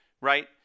right